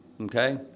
Okay